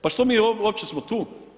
Pa što mi opće smo tu.